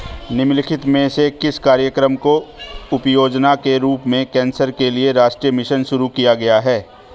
निम्नलिखित में से किस कार्यक्रम को उपयोजना के रूप में कैंसर के लिए राष्ट्रीय मिशन शुरू किया गया है?